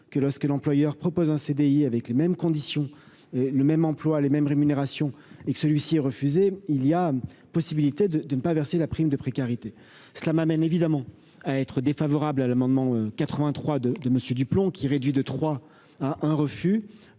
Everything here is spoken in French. que lorsque l'employeur propose un CDI, avec les mêmes conditions, le même emploi les mêmes rémunérations et que celui-ci est refusé il y a possibilité de de ne pas verser la prime de précarité, cela m'amène évidemment à être défavorable à l'amendement 83 de de monsieur du plomb qui réduit de 3 à un refus,